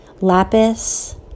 lapis